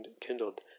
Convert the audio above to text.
kindled